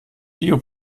bio